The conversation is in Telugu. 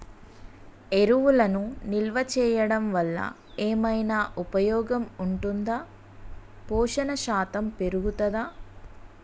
ఎరువులను నిల్వ చేయడం వల్ల ఏమైనా ఉపయోగం ఉంటుందా పోషణ శాతం పెరుగుతదా?